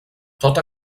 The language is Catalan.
tota